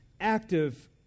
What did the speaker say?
active